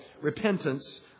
repentance